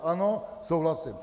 Ano souhlasím.